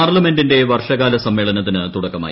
പാർലമെന്റിന്റെ വർഷകാല സമ്മേളനത്തിന് തുടക്കമായി